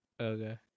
Okay